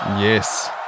Yes